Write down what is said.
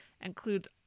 includes